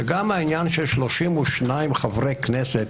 שגם העניין של 32 חברי כנסת,